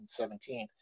2017